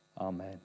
Amen